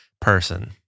person